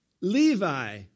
Levi